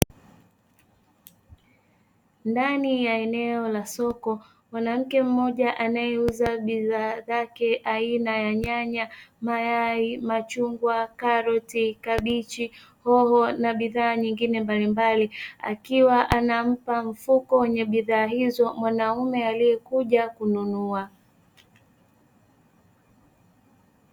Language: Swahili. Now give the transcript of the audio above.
Ndani ya eneo la soko, mwanamke mmoja anayeuza bidhaa zake aina ya: nyanya, mayai, machungwa, karoti, kabichi, hoho na bidhaa nyingine mbalimbali, akiwa anampa mfuko wenye bidhaa hizo mwanaume aliyekuja kununua.